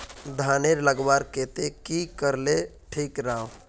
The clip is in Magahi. धानेर लगवार केते की करले ठीक राब?